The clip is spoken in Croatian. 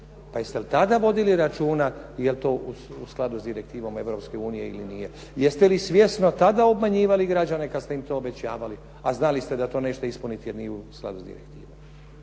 Pa jeste li tada vodili računa jel to u skladu sa Direktivom Europske unije ili nije? Jeste li svjesno tada obmanjivali građane kada ste im to obećavali, a znali ste da to nećete ispuniti jer nije u skladu s direktivom.